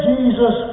Jesus